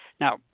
Now